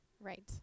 right